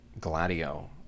Gladio